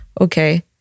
Okay